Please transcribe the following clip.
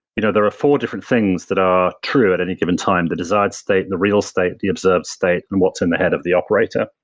you know there are four different things that are true at any given time the desired state, the real state, the observed state and what's in the head of the operator.